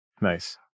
nice